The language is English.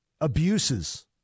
abuses